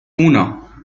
uno